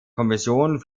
kommissionen